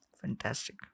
Fantastic